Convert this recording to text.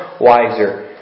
wiser